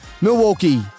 Milwaukee